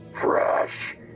Fresh